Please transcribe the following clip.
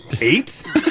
Eight